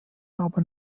aber